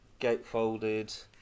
gatefolded